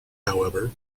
however